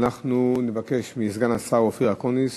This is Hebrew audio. אנחנו נבקש מסגן השר אופיר אקוניס